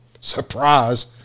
surprise